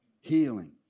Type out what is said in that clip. Healing